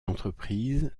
d’entreprises